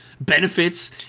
Benefits